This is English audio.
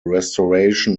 restoration